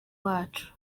wacu